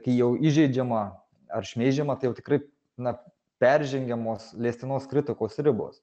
kai jau įžeidžiama ar šmeižiama tai jau tikrai na peržengiamos leistinos kritikos ribos